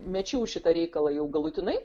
mečiau šitą reikalą jau galutinai